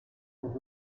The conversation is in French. aux